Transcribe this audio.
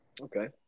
Okay